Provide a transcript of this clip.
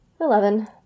Eleven